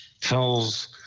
tells